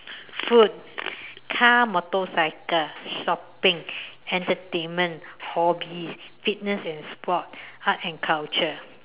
food car motorcycle shopping entertainment hobby fitness and sports arts and culture